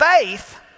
faith